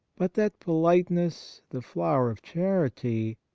but that polite ness, the flower of charity,